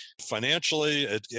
financially